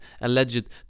alleged